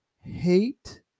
hate